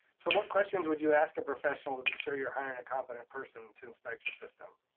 so what questions would you ask a professional to be sure you're hiring a competent person to inspect your system?